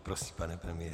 Prosím, pane premiére.